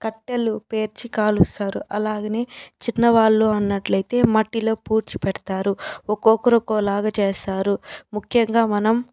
కట్టెలు పేర్చి కాలుస్తారు అలాగనే చిన్నవాళ్ళు అన్నట్లయితే మట్టిలో పూడ్చి పెడతారు ఒకొక్కరు ఒక్కోలాగా చేస్తారు ముఖ్యంగా మనం